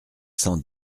cent